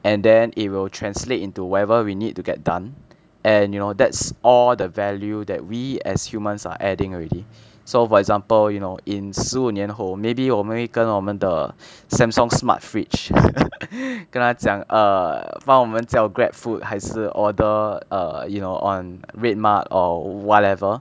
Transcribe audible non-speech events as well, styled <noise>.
and then it will translate into whatever we need to get done and you know that's all the value that we as humans are adding already so for example you know in 十五年后 maybe 我们会跟我们的 Samsung smart fridge <laughs> 跟他讲 err 帮我们叫 Grab food 还是 order err you know on Red mart or whatever